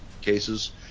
cases